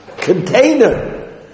container